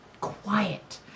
quiet